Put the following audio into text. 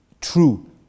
true